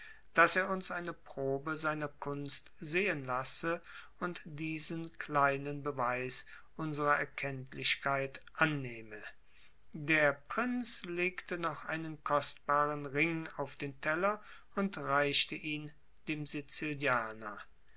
daß er uns eine probe seiner kunst sehen lasse und diesen kleinen beweis unsrer erkenntlichkeit annehme der prinz legte noch einen kostbaren ring auf den teller und reichte ihn dem sizilianer